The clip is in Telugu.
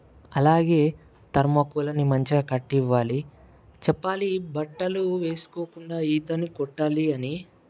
అలాగే థర్మాకోల్ని మంచిగా కట్టించాలి చెప్పాలి బట్టలు వేసుకోకుండా ఈతని కొట్టాలి అని